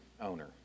owner